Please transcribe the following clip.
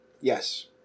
Yes